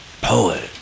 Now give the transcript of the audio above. Poet